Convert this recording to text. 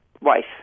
wife